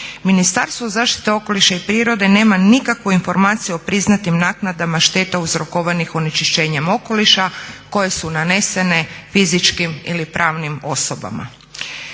Ministarstvo zaštite okoliša i prirode nema nikakvu informaciju o priznatim naknadama šteta uzrokovanih onečišćenja okoliša koja su nanesene fizičkim ili pravnim osobama.